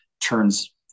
turns